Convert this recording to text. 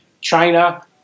China